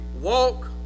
walk